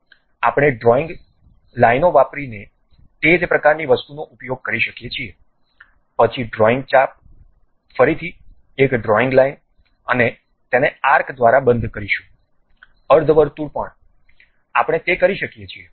આપણે ડ્રોઈંગ લાઈનો વાપરીને તે જ પ્રકારની વસ્તુનો ઉપયોગ કરી શકીએ છીએ પછી ડ્રોઈંગ ચાપ ફરીથી એક ડ્રોઈંગ લાઈન અને તેને આર્ક દ્વારા બંધ કરીશું અર્ધવર્તુળ પણ આપણે તે કરી શકીએ છીએ